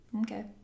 Okay